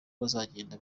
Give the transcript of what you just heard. bazagenda